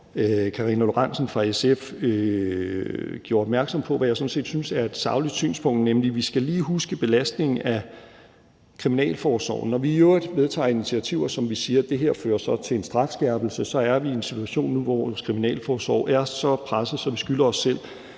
Karina Lorentzen Dehnhardt fra SF gjorde opmærksom på, hvad jeg sådan set synes er et sagligt synspunkt, at vi lige skal huske belastningen af kriminalforsorgen. Når vi i øvrigt vedtager initiativer, som vi siger fører til en strafskærpelse, er vi i en situation nu, hvor vores kriminalforsorg er så presset, at vi skylder os selv